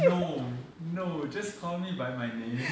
no no just call me by my name